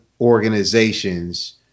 organizations